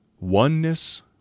Oneness